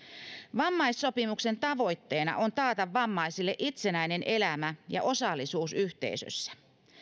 vammaissopimuksen tavoitteena on taata vammaisille itsenäinen elämä ja osallisuus yhteisössä